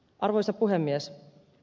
arvoisa puhemies